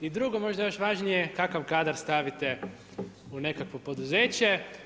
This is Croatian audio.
I drugo možda još važnije, kakav kadar stavite u nekakvo poduzeće.